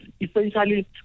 essentially